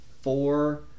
four